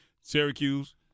Syracuse